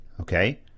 okay